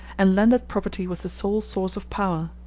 and landed property was the sole source of power.